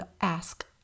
ask